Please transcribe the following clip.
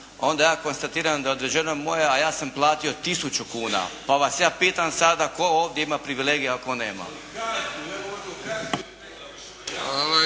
onda ja konstatiram da je odveženo moje, a ja sam platio tisuću kuna. Pa vas ja pitam sada, tko ovdje ima privilegije, a tko nema?